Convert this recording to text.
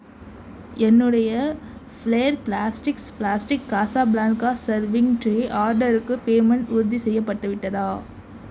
என்னுடைய Flair plastics plastic Casablanca serving tray ஆர்டருக்கு payment உறுதி செய்யப்பட்டு விட்டதா